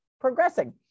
progressing